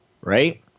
right